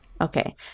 Okay